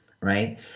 right